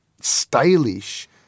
stylish